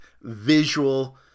visual